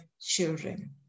children